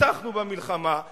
ניצחנו במלחמה,